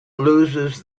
loses